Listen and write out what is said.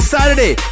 Saturday